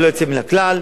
ללא יוצא מן הכלל.